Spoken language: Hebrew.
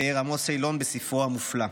תיאר עמוס אילון בספרו המופלא: